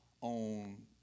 on